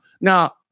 Now